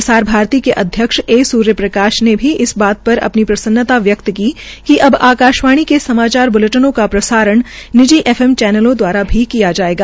प्रसार भारती के अध्यक्ष ए सूर्य कांत ने भी इस बात पर अपनी प्रसन्नता व्यक्त की अब आकाशवाणी के समाचार ब्लेटिनों का प्रसारण निजी एफ एम चैनलों दवारा भी किया जायेगा